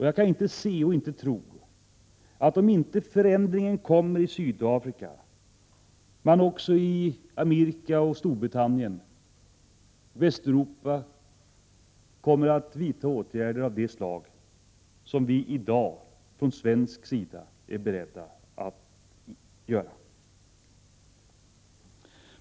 Jag kan inte tro annat än att man, om inte en förändring sker i Sydafrika, också i Amerika, Storbritannien och på andra håll i Västeuropa kommer att vidta åtgärder av det slag som vi i dag är inställda på från svensk sida.